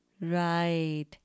Right